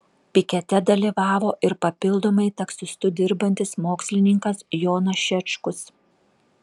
pikete dalyvavo ir papildomai taksistu dirbantis mokslininkas jonas šečkus